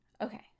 Okay